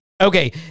Okay